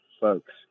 folks